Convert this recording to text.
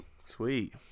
Sweet